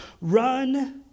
run